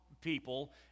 people